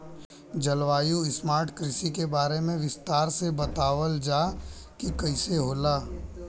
जलवायु स्मार्ट कृषि के बारे में विस्तार से बतावल जाकि कइसे होला?